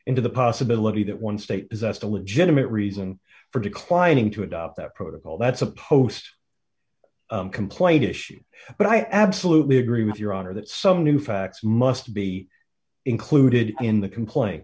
into the possibility that one state possessed a legitimate reason for declining to adopt that protocol that's a post complaint issue but i absolutely agree with your honor that some new facts must be included in the complain